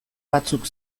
batzuk